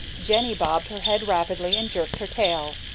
jenny bobbed her head rapidly and jerked her tail.